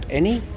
any?